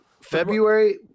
February